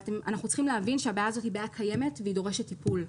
אנחנו צריכים להבין שהבעיה הזאת היא בעיה קיימת והיא דורשת טיפול.